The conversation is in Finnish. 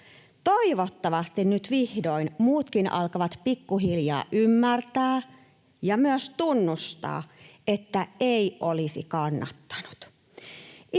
Toivottavasti nyt vihdoin muutkin alkavat pikkuhiljaa ymmärtää ja myös tunnustaa, että ei olisi kannattanut.